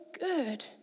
good